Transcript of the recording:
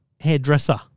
hairdresser